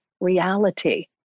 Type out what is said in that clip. reality